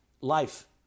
life